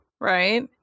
right